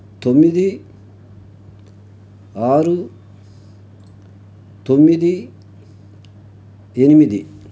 తొమ్మిది ఆరు తొమ్మిది ఎనిమిది